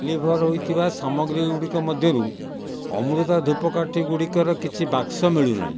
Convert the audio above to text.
deliver ହୋଇଥିବା ସାମଗ୍ରୀ ଗୁଡ଼ିକ ମଧ୍ୟରୁ ଅମୃତା ଧୂପକାଠି ଗୁଡ଼ିକର କିଛି ବାକ୍ସ ମିଳୁନାହିଁ